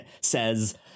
says